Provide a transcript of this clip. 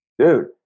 Dude